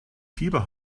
fieber